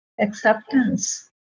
acceptance